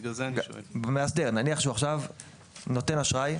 נניח שהוא עכשיו נותן אשראי,